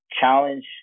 challenge